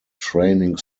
training